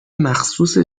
مخصوص